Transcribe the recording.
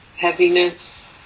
heaviness